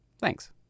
Thanks